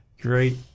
Great